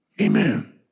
Amen